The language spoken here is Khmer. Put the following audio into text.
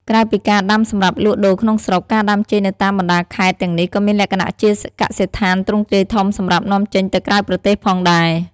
ក្រៅពីការដាំសម្រាប់លក់ដូរក្នុងស្រុក ការដាំចេកនៅតាមបណ្តាខេត្តទាំងនេះក៏មានលក្ខណៈជាកសិដ្ឋានទ្រង់ទ្រាយធំសម្រាប់នាំចេញទៅក្រៅប្រទេសផងដែរ។